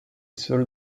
seul